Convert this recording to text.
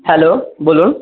hello বলুন